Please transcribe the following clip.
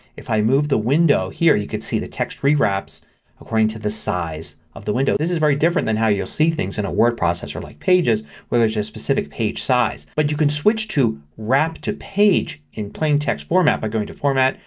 if i move the window here you can see the text rewraps according to the size of the window. this is very different than how you will see things in a word processor like pages where there is just a specific page size. but you can switch to wrap to page in plain text format by going to format,